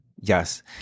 Yes